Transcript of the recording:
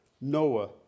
Noah